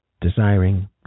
desiring